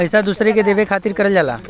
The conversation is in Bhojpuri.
पइसा दूसरे के देवे खातिर करल जाला